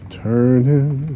turning